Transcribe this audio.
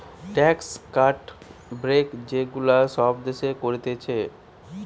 tax cut, break যে গুলা সব দেশের করতিছে